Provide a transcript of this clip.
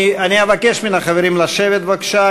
אני אבקש מן החברים לשבת, בבקשה.